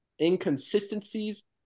Inconsistencies